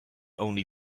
only